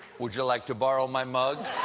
would you like to borrow my mug?